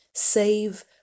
save